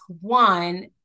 One